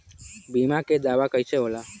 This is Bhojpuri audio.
बीमा के दावा कईसे होला?